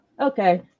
Okay